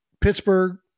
Pittsburgh